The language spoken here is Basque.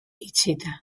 itxita